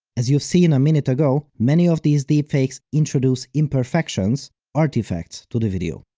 as you've seen a minute ago, many of these deepfake ais introduce imperfections, artifacts to the video.